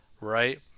right